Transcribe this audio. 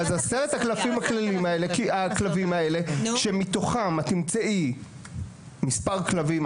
10 אלף הכלבים האלה שמתוכם את תמצאי מספר כלבים,